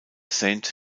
sainte